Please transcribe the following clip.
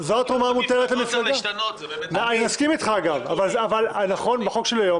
אנחנו לא רוצים לפגוע בזכות לחופש ביטוי,